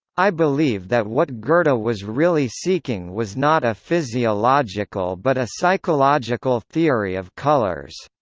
i believe that what goethe but was really seeking was not a physiological but a psychological theory of colours.